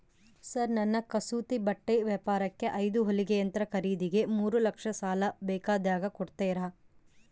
Sir ನನ್ನ ಕಸೂತಿ ಬಟ್ಟೆ ವ್ಯಾಪಾರಕ್ಕೆ ಐದು ಹೊಲಿಗೆ ಯಂತ್ರ ಖರೇದಿಗೆ ಮೂರು ಲಕ್ಷ ಸಾಲ ಬೇಕಾಗ್ಯದ ಕೊಡುತ್ತೇರಾ?